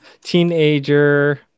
Teenager